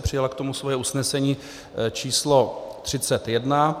Přijala k tomu svoje usnesení číslo 31.